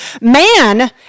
Man